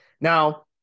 Now